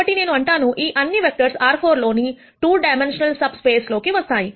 కాబట్టి నేను అంటాను ఈ అన్ని వెక్టర్స్ R4 లో 2 డైమెన్షనల్ సబ్ స్పేస్ లోకి వస్తాయి